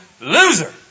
loser